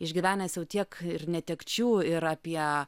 išgyvenęs jau tiek ir netekčių ir apie